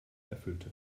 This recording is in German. erfüllte